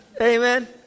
Amen